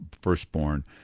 firstborn